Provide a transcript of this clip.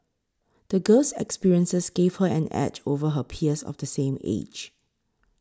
the girl's experiences gave her an edge over her peers of the same age